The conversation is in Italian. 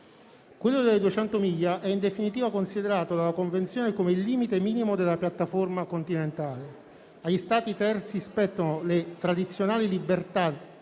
Quello delle 200 miglia è in definitiva considerato dalla convenzione come il limite minimo della piattaforma continentale. Agli Stati terzi spettano le tradizionali libertà